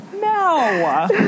No